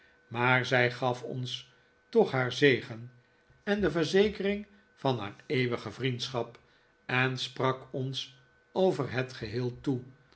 maar zij gaf ons toch haar zegen en de verzekering van haar eeuwige vriendschap en sprak ons over het geheel toe